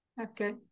Okay